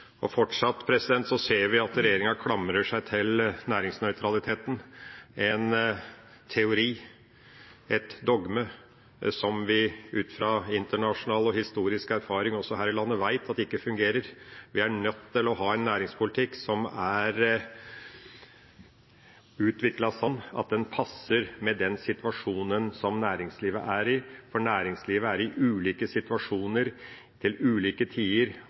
Fortsatt ser vi at regjeringa klamrer seg til næringsnøytraliteten – en teori, et dogme som vi ut fra internasjonal og historisk erfaring også her i landet vet at ikke fungerer. Vi er nødt til å ha en næringspolitikk som er utviklet sånn at den passer med den situasjonen som næringslivet er i, for næringslivet er i ulike situasjoner til ulike tider